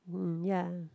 hmm ya